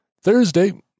Thursday